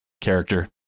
character